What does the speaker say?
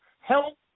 help